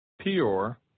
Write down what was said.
Peor